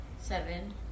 seven